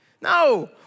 No